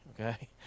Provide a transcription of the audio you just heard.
Okay